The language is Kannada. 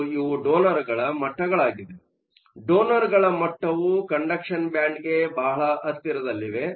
ಮತ್ತು ಇವು ಡೊನರ್ಗಳ ಮಟ್ಟಗಳಾಗಿವೆ ಡೊನರ್ಗಳ ಮಟ್ಟಗಳು ಕಂಡಕ್ಷನ್ ಬ್ಯಾಂಡ್conduction bandಗೆ ಬಹಳ ಹತ್ತಿರದಲ್ಲಿವೆ